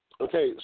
Okay